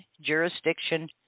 jurisdiction